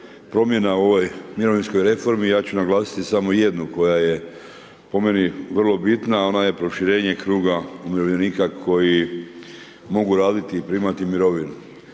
promjena u ovoj mirovinskoj reformi ja ću naglasiti samo jednu koja je po meni vrlo bitna a ona je proširenje kruga umirovljenika koji mogu raditi i primati mirovinu.